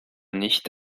nicht